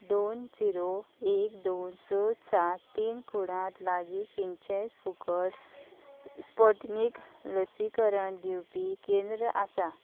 दोन झिरो एक दोन स सात पिनकोडांत लागीं खंयचेंय फुकट स्पुटनिक लसीकरण दिवपीू केंद्र आसा